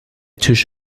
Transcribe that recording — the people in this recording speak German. tisch